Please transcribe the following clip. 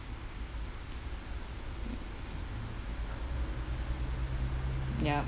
yup